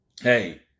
Hey